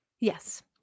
Yes